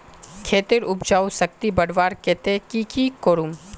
खेतेर उपजाऊ शक्ति बढ़वार केते की की करूम?